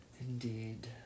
Indeed